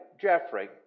Jeffrey